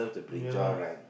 yeah lah